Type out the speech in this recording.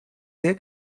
sehr